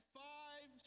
five